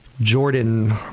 jordan